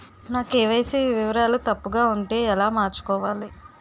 నా కే.వై.సీ వివరాలు తప్పుగా ఉంటే ఎలా మార్చుకోవాలి?